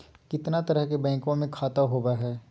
कितना तरह के बैंकवा में खाता होव हई?